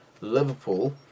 Liverpool